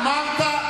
אמרת.